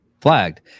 flagged